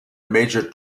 major